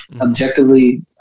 objectively